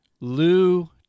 Lou